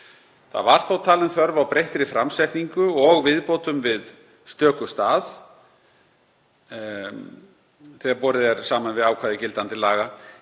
Það var þó talin þörf á breyttri framsetningu og viðbótum á stöku stað þegar borið er saman við ákvæði gildandi laga